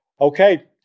Okay